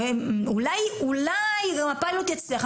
אולי גם הפיילוט יצליח,